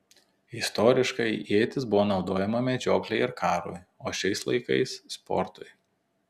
istoriškai ietis buvo naudojama medžioklei ir karui o šiais laikais sportui